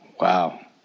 Wow